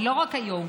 ולא רק היום,